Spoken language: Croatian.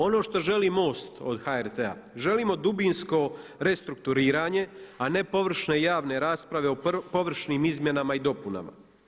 Ono što želi MOST od HRT-a, želimo dubinsko restrukturiranje, a ne površne i javne rasprave o površnim izmjenama i dopunama.